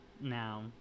now